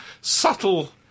subtle